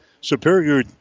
Superior